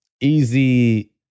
easy